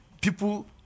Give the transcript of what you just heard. people